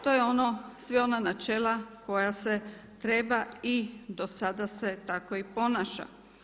To je ono, sva ona načela koja se treba i dosada se tako i ponaša.